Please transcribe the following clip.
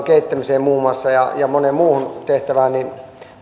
kehittämiseen muun muassa ja ja moneen muuhun tehtävään niin